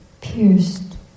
pierced